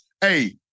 Hey